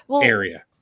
area